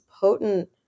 potent